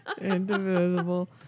Indivisible